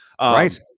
Right